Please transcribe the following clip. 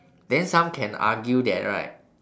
then some can argue that right